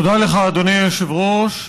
תודה לך, אדוני היושב-ראש.